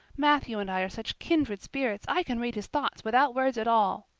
matthew and i are such kindred spirits i can read his thoughts without words at all.